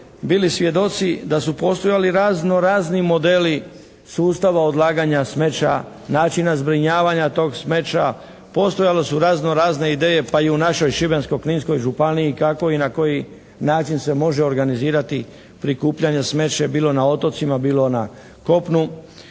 bili svjedoci da su postojali razno razni modeli sustava odlaganja smeća, načina zbrinjavanja tog smeća, postojale su razno razne ideje pa i u našoj Šibensko-kninskoj županiji kako i na koji način se može organizirati prikupljanja smeće bilo na otocima bilo na kopnu.